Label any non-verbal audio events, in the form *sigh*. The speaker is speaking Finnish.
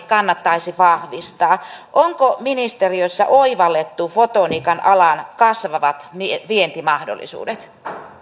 *unintelligible* kannattaisi vahvistaa onko ministeriössä oivallettu fotoniikan alan kasvavat vientimahdollisuudet